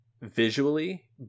visually